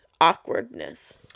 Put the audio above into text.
awkwardness